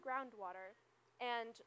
groundwater—and